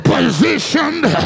Positioned